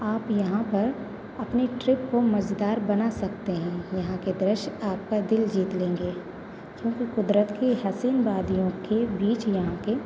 आप यहाँ पर अपनी ट्रिप को मज़ेदार बना सकते हैं यहाँ के दृश्य आपका दिल जीत लेंगे क्योंकि कुदरत की हसीन वादियों के बीच यहाँ के